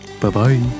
Bye-bye